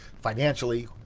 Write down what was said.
financially